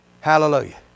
Hallelujah